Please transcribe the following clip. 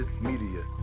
Media